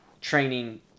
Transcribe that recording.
training